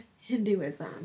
Hinduism